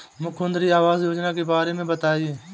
मुख्यमंत्री आवास योजना के बारे में बताए?